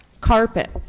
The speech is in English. carpet